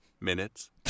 minutes